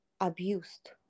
abused